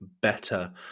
better